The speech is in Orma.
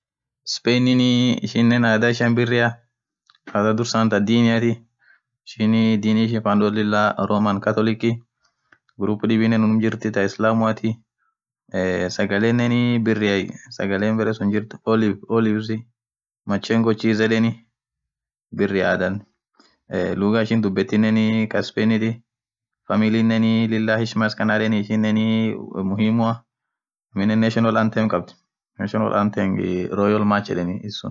Spain ishinii adhaa ishian birria adhaa dursan thaa dinii ishin dini Lila ishiniin fadhothu lila roman ghurpuu dhinen unumm jirthi thaa islamuathi eee sagalenen biria sagale bere sun jirthu Oliver machengo chis yedheni birri adhan lughaa ishin dhubethinen kaaa spainith familinen lila heshima itakana yedheni ishinen muhimu aminen national anthem khabdhi national anthem royal match yedheni